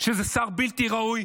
שזה שר בלתי ראוי,